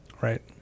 Right